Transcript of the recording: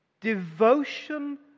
Devotion